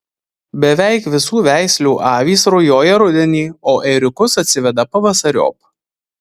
beveik visų veislių avys rujoja rudenį o ėriukus atsiveda pavasariop